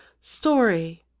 story